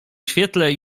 świetle